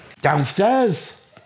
Downstairs